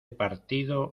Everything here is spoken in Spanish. partido